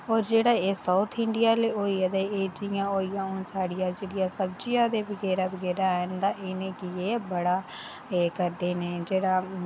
ते होर जेह्ड़ा एह् साऊथ इंडिया आह्ले होइये ते एह् हून होइया जि'यां साढ़ियां सब्जियां ते बगैरा बगैरा हैन तां इ'नेंगी एह् बड़ा एह् करदे न जेह्ड़ा